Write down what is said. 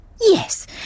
Yes